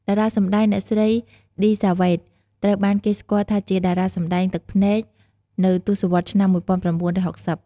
តារាសម្តែងអ្នកស្រី ឌី សាវ៉េត ត្រូវបានគេស្គាល់ថាជា "តារាសម្តែងទឹកភ្នែក" នៅទសវត្សរ៍ឆ្នាំ ១៩៦០។